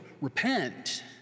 repent